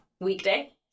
weekday